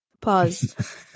Pause